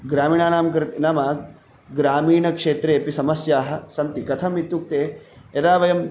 ग्रामीणानां कृ नाम ग्रामीणक्षेत्रे अपि समस्याः सन्ति कथम् इत्युक्ते यदा वयं